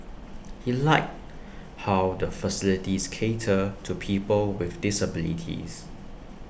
he liked how the facilities cater to people with disabilities